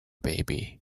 baby